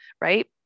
Right